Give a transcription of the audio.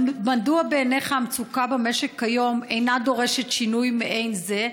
1. מדוע בעיניך המצוקה במשק כיום אינה דורשת שינוי מעין זה?